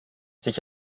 sich